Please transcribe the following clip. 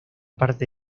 parte